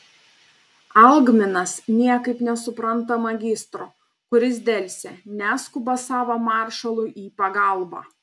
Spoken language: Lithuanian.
algminas niekaip nesupranta magistro kuris delsia neskuba savo maršalui į pagalbą